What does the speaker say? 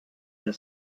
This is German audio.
der